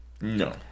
no